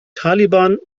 taliban